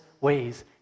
ways